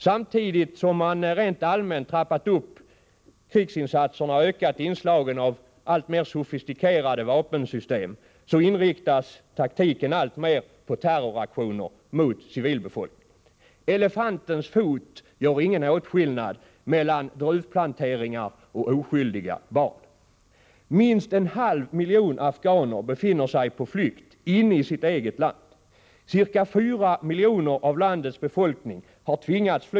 Samtidigt som man rent allmänt har trappat upp krigsinsatserna och ökat inslagen av alltmer sofistikerade vapensystem, inriktas taktiken alltmer på terroraktioner mot civilbefolkningen. Elefantens fot gör inte åtskillnad mellan druvplanteringar och oskyldiga barn. Minst en halv miljon afghaner befinner sig på flykt inne i sitt eget land.